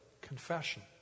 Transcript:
confession